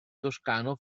toscano